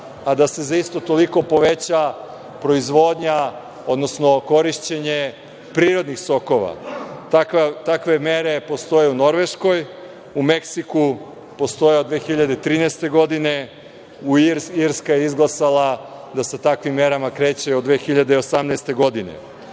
a da se za isto toliko poveća proizvodnja, odnosno korišćenje prirodnih sokova. Takve mere postoje u Norveškoj, u Meksiku postoje od 2013. godine, Irska je izglasala da sa takvim merama kreće od 2018. godine. Podaci